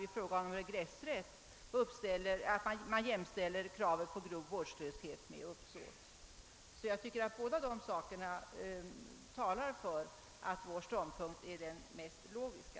I fråga om regressrätten jämställer man kravet på grov vårdslöshet med uppsåt. Jag tycker att dessa båda saker talar för att vår ståndpunkt är den mest logiska.